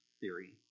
theory